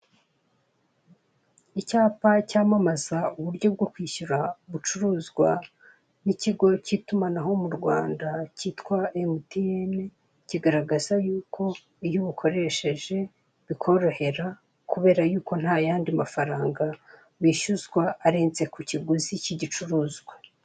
Icyapa cyamamaza uburyo bwo kwishyura bucuruzwa n'ikigo cy'itumanaho mu Rwanda kitwa Emutiyeni, kigaragaza yuko iyo ubukoresheje bikorohera kubera yuko ntayandi mafaranga wishyuzwa arenze ku kiguzi k'igicuruzwa.